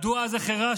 מדוע אז החרשתם,